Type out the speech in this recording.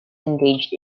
engaged